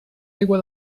aigua